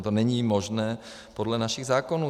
To není možné podle našich zákonů.